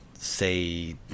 say